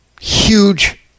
huge